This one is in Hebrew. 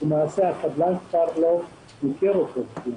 הקבלן כבר לא מכיר אותו.